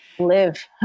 live